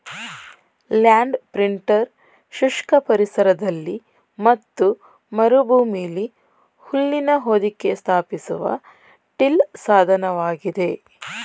land printer ಶುಷ್ಕ ಪರಿಸರದಲ್ಲಿ ಮತ್ತು ಮರುಭೂಮಿಲಿ ಹುಲ್ಲಿನ ಹೊದಿಕೆ ಸ್ಥಾಪಿಸುವ ಟಿಲ್ ಸಾಧನವಾಗಿದೆ